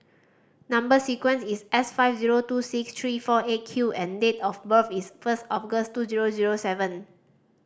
number sequence is S five zero two six three four Eight Q and date of birth is first August two zero zero seven